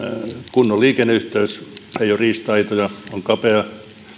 kunnon liikenneyhteys ei ole riista aitoja ja tie on kapea